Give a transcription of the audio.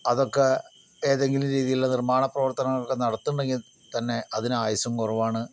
അതൊക്കെ ഏതെങ്കിലും രീതിയിലുള്ള നിർമ്മാണപ്രവർത്തനങ്ങളൊക്കെ നടത്തുന്നുണ്ടെങ്കിൽ തന്നെ അതിനായുസ്സും കുറവാണ്